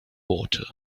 water